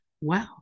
Wow